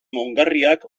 ongarriak